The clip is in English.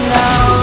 now